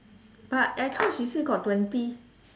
but I thought she said got twenty